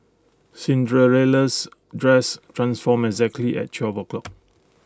Cinderella's dress transformed exactly at twelve o'clock